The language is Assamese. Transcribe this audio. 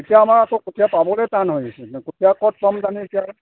এতিয়া আমাৰ আকৌ কঠীয়া পাবলৈ টান হৈছে কঠীয়া ক'ত পাম জানো এতিয়া